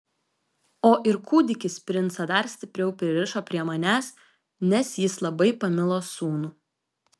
o ir kūdikis princą dar stipriau pririšo prie manęs nes jis labai pamilo sūnų